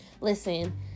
Listen